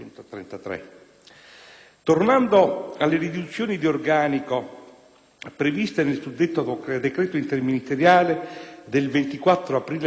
Tornando alle riduzioni di organico previste nel suddetto decreto interministeriale del 24 aprile 2008,